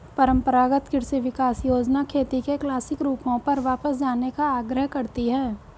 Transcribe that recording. परम्परागत कृषि विकास योजना खेती के क्लासिक रूपों पर वापस जाने का आग्रह करती है